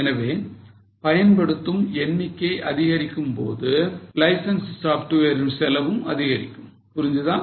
எனவே பயன்படுத்தும் எண்ணிக்கை அதிகரிக்கும்போது லைசன்ஸ் சாப்ட்வேரின் செலவும் அதிகரிக்கும் புரிஞ்சுதா